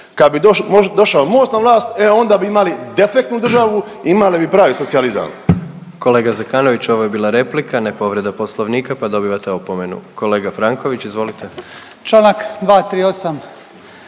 Kad bi došao MOST na vlast, e onda bi imali defektnu državu, imali bi pravi socijalizam. **Jandroković, Gordan (HDZ)** Kolega Zekanović ovo je bila replika, ne povreda Poslovnika pa dobivate opomenu. Kolega Franković, izvolite. **Franković,